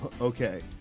okay